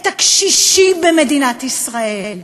את הקשישים במדינת ישראל?